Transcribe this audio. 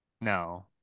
No